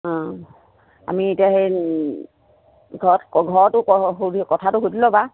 অঁ আমি এতিয়া সেই ঘৰত ঘৰতো সুধি কথাটো সুধি ল'বা